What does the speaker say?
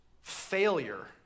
failure